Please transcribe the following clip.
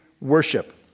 worship